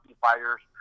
fighters